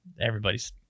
everybody's